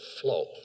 flow